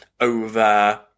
over